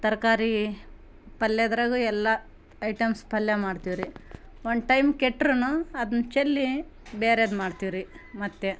ತರಕಾರಿ ಪಲ್ಯದ್ರಾಗೂ ಎಲ್ಲ ಐಟಮ್ಸ್ ಪಲ್ಯ ಮಾಡ್ತೀವ್ರಿ ಒಂದು ಟೈಮ್ ಕೆಟ್ರೂ ಅದನ್ನ ಚೆಲ್ಲಿ ಬೇರೆಯದು ಮಾಡ್ತೀವ್ರಿ ಮತ್ತೆ